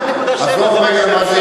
עזוב רגע מה זה